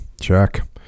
check